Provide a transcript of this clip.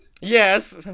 Yes